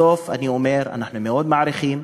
בסוף, אני אומר, אנחנו מאוד מעריכים,